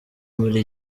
muri